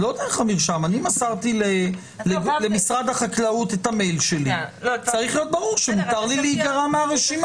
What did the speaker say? אני מזכירה שאנחנו מדברים על אנשים שנהגים לעשות שימוש